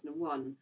2001